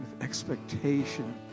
expectation